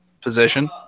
position